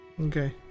okay